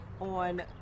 on